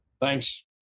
Thanks